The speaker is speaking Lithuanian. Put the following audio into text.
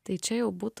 tai čia jau būtų